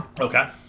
Okay